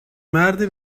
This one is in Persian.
مردی